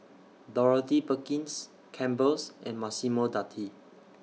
Dorothy Perkins Campbell's and Massimo Dutti